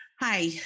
Hi